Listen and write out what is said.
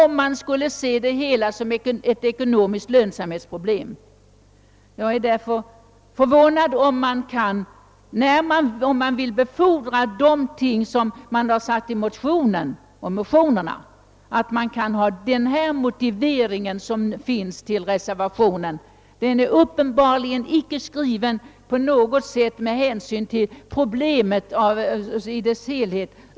Om man vill åstadkom ma bättre folkhälsa, som man har sagt i motionerna, är jag förvånad över att man kan anföra den motivering, som finns i reservationen. Den är uppenbarligen inte skriven med hänsyn till problemet i dess helhet.